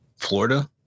Florida